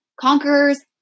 conquerors